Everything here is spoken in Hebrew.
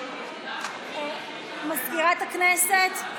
מזכירת הכנסת,